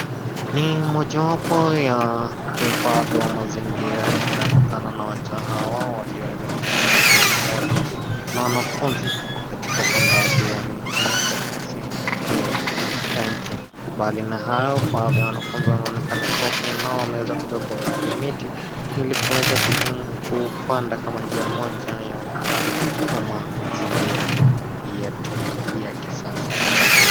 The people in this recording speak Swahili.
Ni mojawapo ya uhifadhi wa mazingira inatokana na waja hawa walioweza kujumuika kwa pamoja na wanafunzi katika upandaji wa miti katika sehemu hii ya nchi. Bali na hayo baadhi ya wanafunzi wanaonekana kuwa pia nao wameweza kubeba baadhi ya miti ili kuweza kupanda kama njia moja ya uhufadhi wa mazingira yetu ya kisasa.